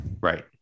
Right